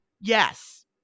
Yes